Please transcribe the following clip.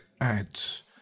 ads